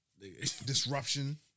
disruption